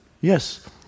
Yes